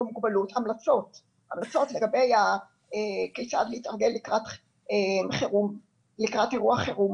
המוגבלות לגבי כיצד להתארגן לקראת אירוע חירום,